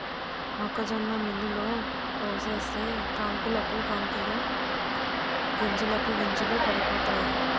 మొక్కజొన్న మిల్లులో పోసేస్తే కంకులకు కంకులు గింజలకు గింజలు పడిపోతాయి